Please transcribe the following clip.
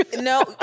no